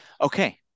okay